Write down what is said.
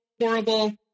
horrible